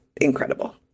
incredible